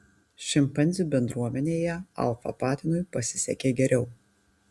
šimpanzių bendruomenėje alfa patinui pasisekė geriau